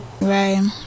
right